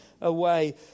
away